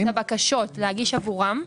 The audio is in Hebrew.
להגיש עבורם את הבקשות.